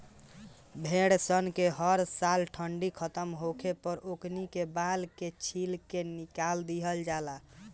भेड़ सन के हर साल ठंडी खतम होखे पर ओकनी के बाल के छील के निकाल दिहल जाला